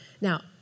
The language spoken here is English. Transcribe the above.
Now